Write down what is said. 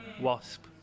Wasp